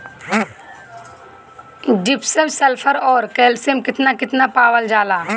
Gypsum मैं sulphur औरी calcium कितना कितना पावल जाला?